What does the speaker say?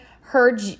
heard